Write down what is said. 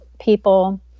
people